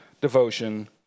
devotion